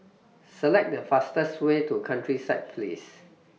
Select The fastest Way to Countryside Place